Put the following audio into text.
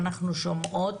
אנחנו נרצה